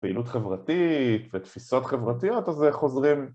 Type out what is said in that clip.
פעילות חברתית ותפיסות חברתיות אז חוזרים